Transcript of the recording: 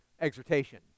Exhortation